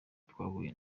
twahuye